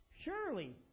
Surely